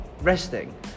resting